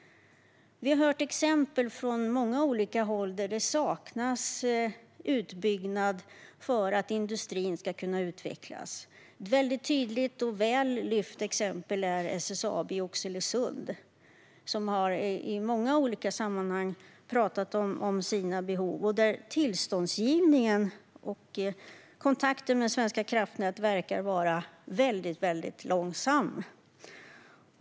Vi har hört exempel från många olika håll där det saknas utbyggnad för att industrin ska kunna utvecklas. Ett väldigt tydligt och väl framlyft exempel är SSAB i Oxelösund. De har i många olika sammanhang pratat om sina behov, men tillståndsgivningen och kontakten med Svenska kraftnät verkar väldigt långsam.